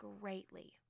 greatly